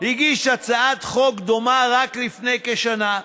הגיש הצעת חוק דומה רק לפני כשנה.